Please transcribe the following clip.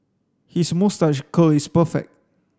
his moustache curl is perfect